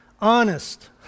Honest